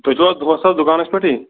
تُہۍ چھُو حظ دۄہَس اَز دُکانَس پٮ۪ٹھٕے